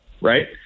right